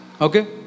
Okay